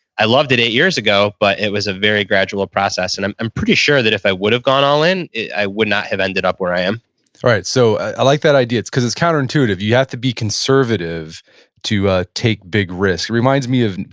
i loved it eight years ago, but it was a very gradual process. and i'm i'm pretty sure that if i would've gone all-in, i would not have ended up where i am right. so, i like that idea. because it's counterintuitive. you have to be conservative to ah take big risks. it reminds me of,